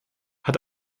hat